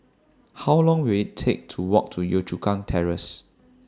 How Long Will IT Take to Walk to Yio Chu Kang Terrace